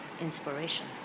inspiration